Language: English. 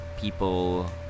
people